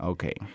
Okay